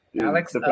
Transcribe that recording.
Alex